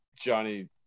Johnny